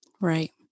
Right